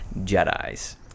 Jedis